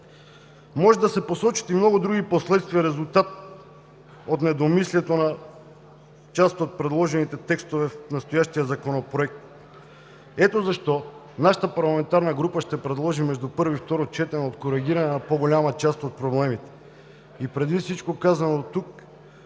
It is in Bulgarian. Може да се посочат и много други последствия, които са резултат от недомислието на част от предложените текстове в настоящия законопроект. Ето защо нашата парламентарна група ще предложи между първо и второ четене откоригиране на по-голяма част от проблемите